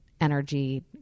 energy